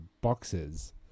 boxes